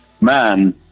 man